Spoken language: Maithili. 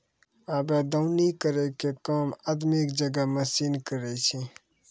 आबे दौनी केरो काम आदमी क जगह मसीन करै छै